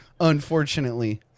unfortunately